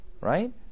right